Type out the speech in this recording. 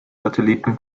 satelliten